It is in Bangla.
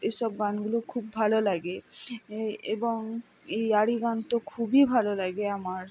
এসব গানগুলি খুব ভালো লাগে এবং ইয়ারি গান তো খুবই ভালো লাগে আমার